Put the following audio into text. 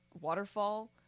waterfall